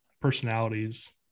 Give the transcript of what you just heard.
personalities